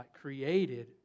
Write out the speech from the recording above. created